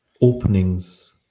openings